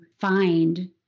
find